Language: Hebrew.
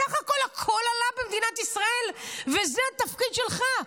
בסך הכול הכול עלה במדינת ישראל, וזה התפקיד שלך.